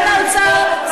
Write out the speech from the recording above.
הציבור ישפוט אותך,